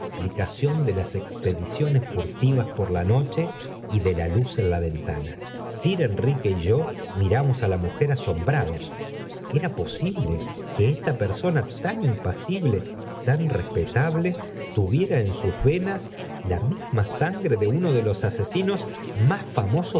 explicación de las expediciones furtivas por la noche y de la luz en la ventana y ir enrique y yo miramos ó la mujer asombrados era posible que esta persona tan impasible y tan respetable tuviera en sus venas la misma sangre de uno de los asesinos más